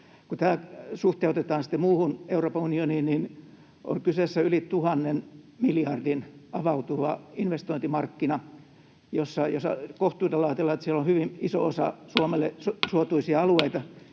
Kun tämä suhteutetaan sitten muuhun Euroopan unioniin, on kyseessä yli 1 000 miljardin avautuva investointimarkkina. Jos kohtuudella ajatellaan, että siellä on hyvin iso osa Suomelle suotuisia alueita,